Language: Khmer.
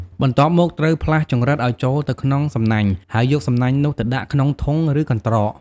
បន្ទាប់មក ត្រូវផ្លាស់ចង្រិតឲ្យចូលទៅក្នុងសំណាញ់ ហើយយកសំណាញ់នោះទៅដាក់ក្នុងធុង ឬកន្ត្រក។